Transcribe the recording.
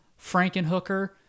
Frankenhooker